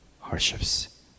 hardships